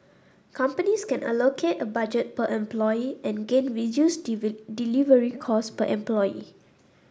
companies can allocate a budget per employee and gain reduced delivery cost per employee